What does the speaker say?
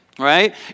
Right